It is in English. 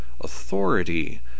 authority